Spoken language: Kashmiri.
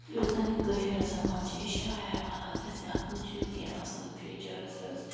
یُس زَن یہِ کٲشِر زَبان چھِ یہِ چھِ واریاہ الگ حظ یَتھ منٛز چھِ یہِ کیٚنٛہہ اَصٕل فیٖچٲرٕس حظ